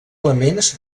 elements